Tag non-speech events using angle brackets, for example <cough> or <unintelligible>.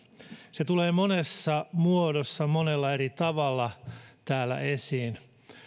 se tulee monessa muodossa monella eri tavalla <unintelligible> täällä esiin